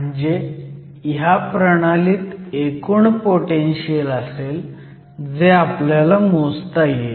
म्हणजे ह्या प्रणालीत एकूण पोटेनशीयल असेल जे आपल्याला मोजता येईल